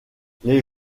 les